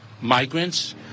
migrants